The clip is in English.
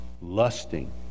lusting